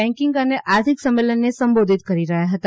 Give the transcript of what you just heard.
banking અને આર્થિક સંમેલનને સંબોધિત કરી રહ્યાં હતા